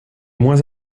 moins